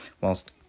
whilst